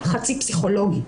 נכון?